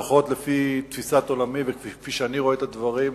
לפחות לפי תפיסת עולמי וכפי שאני רואה את הדברים,